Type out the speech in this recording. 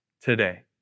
today